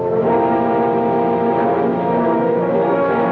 or